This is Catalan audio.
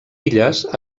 illes